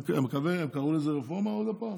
הם קראו לזה עוד פעם רפורמה?